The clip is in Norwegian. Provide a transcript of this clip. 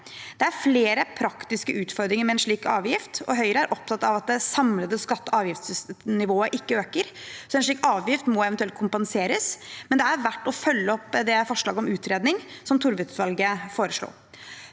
Det er flere praktiske utfordringer med en slik avgift, og Høyre er opptatt av at det samlede skatte- og avgiftsnivået ikke øker, så en slik avgift må eventuelt kompenseres. Men det er verdt å følge opp forslaget om utredning som Torvik-utvalget foreslo.